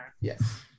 Yes